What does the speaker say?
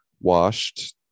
washed